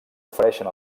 ofereixen